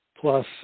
plus